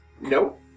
Nope